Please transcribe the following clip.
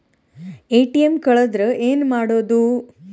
ATM ಕಳದ್ರ ಏನು ಮಾಡೋದು?